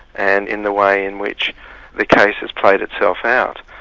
and in the way in which the case has played itself out.